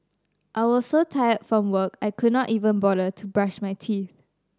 I was so tired from work I could not even bother to brush my teeth